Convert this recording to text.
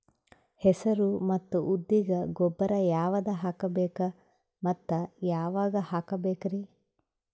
ಹೆಸರು ಮತ್ತು ಉದ್ದಿಗ ಗೊಬ್ಬರ ಯಾವದ ಹಾಕಬೇಕ ಮತ್ತ ಯಾವಾಗ ಹಾಕಬೇಕರಿ?